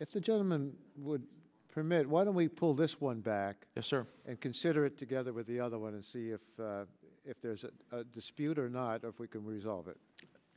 it's a gentleman would permit why don't we pull this one back sir and consider it together with the other one and see if if there's a dispute or not if we can resolve it